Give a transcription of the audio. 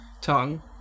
tongue